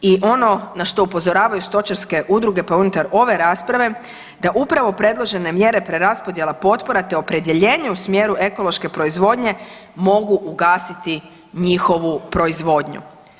I ono na što upozoravaju stočarske udruge, pa unutar ove rasprave da upravo predložene mjere preraspodjela potpora, te opredjeljenje u smjeru ekološke proizvodnje mogu ugasiti njihovu proizvodnju.